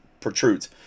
protrudes